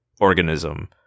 organism